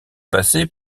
passer